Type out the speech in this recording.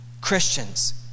Christians